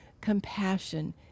compassion